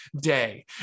day